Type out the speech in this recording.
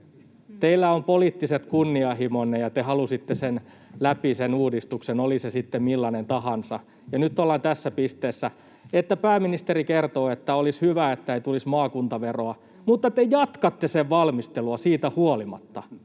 Teillä on poliittiset kunnianhimonne, ja te halusitte läpi sen uudistuksen, oli se sitten millainen tahansa, ja nyt ollaan tässä pisteessä, että pääministeri kertoo, että olisi hyvä, että ei tulisi maakuntaveroa, mutta te jatkatte sen valmistelua siitä huolimatta.